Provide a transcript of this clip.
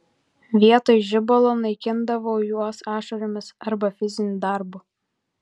vietoj žibalo naikindavau juos ašaromis arba fiziniu darbu